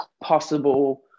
possible